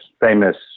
famous